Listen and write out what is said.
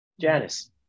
Janice